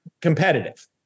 competitive